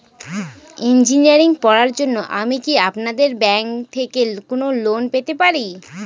Engineering পড়ার জন্য আমি কি আপনাদের ব্যাঙ্ক থেকে কোন লোন পেতে পারি?